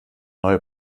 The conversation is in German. neue